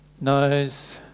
knows